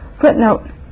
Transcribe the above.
Footnote